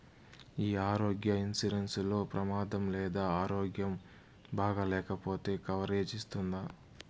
ఈ ఆరోగ్య ఇన్సూరెన్సు లో ప్రమాదం లేదా ఆరోగ్యం బాగాలేకపొతే కవరేజ్ ఇస్తుందా?